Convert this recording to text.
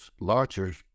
larger